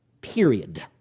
Period